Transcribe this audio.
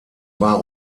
war